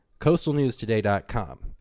coastalnewstoday.com